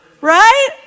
Right